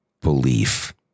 belief